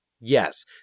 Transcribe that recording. Yes